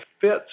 fits